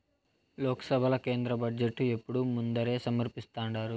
లోక్సభల కేంద్ర బడ్జెటు ఎప్పుడూ ముందరే సమర్పిస్థాండారు